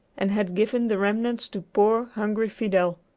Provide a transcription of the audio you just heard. and had given the remnants to poor hungry fidel.